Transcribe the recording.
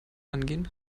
angehen